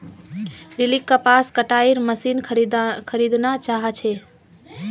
लिलीक कपास कटाईर मशीन खरीदना चाहा छे